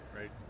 right